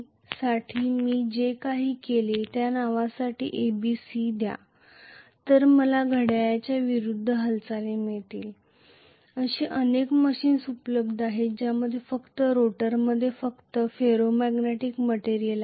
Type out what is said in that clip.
अशी अनेक मशीन्स उपलब्ध आहेत ज्यामध्ये रोटरमध्ये फक्त फेरो मॅग्नेटिक मटेरियल आहे